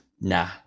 Nah